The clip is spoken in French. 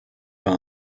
par